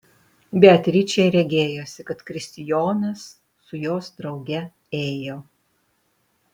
beatričei regėjosi kad kristijonas su jos drauge ėjo